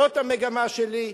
זאת המגמה שלי.